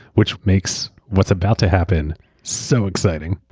which makes what's about to happen so exciting.